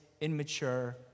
immature